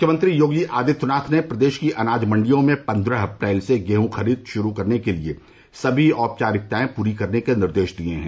मुख्यमंत्री योगी आदित्यनाथ ने प्रदेश की अनाज मंडियों में पन्द्रह अप्रैल से गेहूं खरीद शुरू करने के लिए सभी औपचारिकताएं पूरी करने के निर्देश दिए हैं